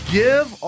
give